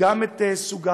וגם את סוגת,